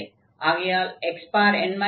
ஆகையால் xn 1 அன்பவுண்டடாக போகாது